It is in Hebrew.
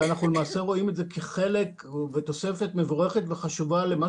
אנחנו רואים בזה תוספת מבורכת וחשובה למה